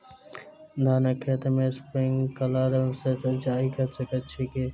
धानक खेत मे स्प्रिंकलर सँ सिंचाईं कऽ सकैत छी की?